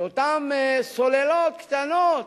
שאותן סוללות קטנות,